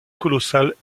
colossales